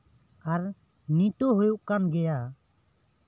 ᱟᱨ ᱱᱤᱛᱦᱚᱸ ᱦᱳᱭᱳᱜ ᱠᱟᱱ ᱜᱮᱭᱟ